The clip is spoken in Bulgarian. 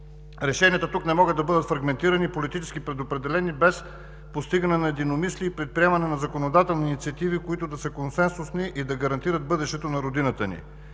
Решенията тук не могат да бъдат фрагментирани, политически предопределени, без постигане на единомислие и предприемане на законодателни инициативи, които да са консенсусни и да гарантират бъдещето на Родината ни.